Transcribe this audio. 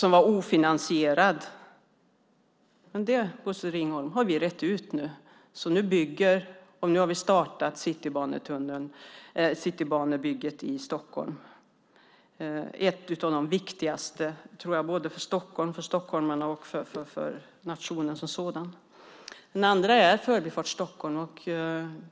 Men det, Bosse Ringholm, har vi rett ut nu, så nu har vi startat Citybanebygget i Stockholm - ett av de viktigaste, tror jag, för Stockholm, stockholmarna och nationen som sådan. Det andra är Förbifart Stockholm.